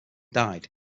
died